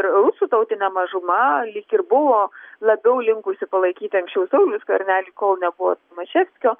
rusų tautinė mažuma lyg ir buvo labiau linkusi palaikyti anksčiau saulių skvernelį kol nebuvo tomaševskio